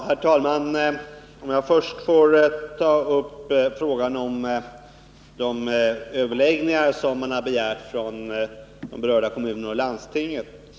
Herr talman! Först vill jag ta upp frågan om de överläggningar som man har begärt från de berörda kommunerna och landstinget.